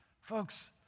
Folks